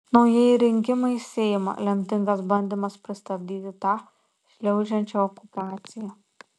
naujieji rinkimai į seimą lemtingas bandymas pristabdyti tą šliaužiančią okupaciją